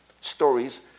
stories